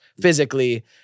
physically